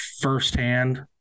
firsthand